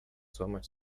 złamać